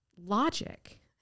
logic